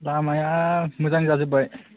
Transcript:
लामाया मोजां जाजोब्बाय